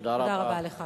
תודה רבה לך.